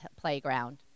playground